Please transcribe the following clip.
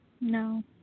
No